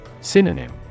Synonym